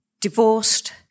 Divorced